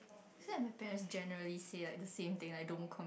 so if my parents generally say like the same thing like don't